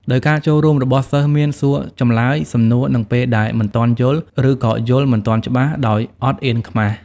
ដោយការចូលរួមរបស់សិស្សមានសួរចម្លើយ សំណួរនិងពេលដែលមិនទាន់យល់ឬក៏យល់មិនទាន់ច្បាស់ ដោយអត់ខ្មាស់អៀន។